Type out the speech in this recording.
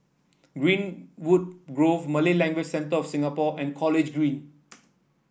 Greenwood Grove Malay Language Centre of Singapore and College Green